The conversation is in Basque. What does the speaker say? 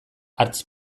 hartz